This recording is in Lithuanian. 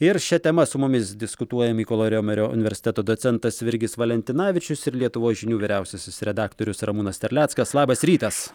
ir šia tema su mumis diskutuoja mykolo riomerio universiteto docentas virgis valentinavičius ir lietuvos žinių vyriausiasis redaktorius ramūnas terleckas labas rytas